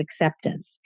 acceptance